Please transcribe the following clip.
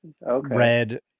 red